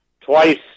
twice